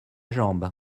jambe